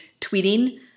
tweeting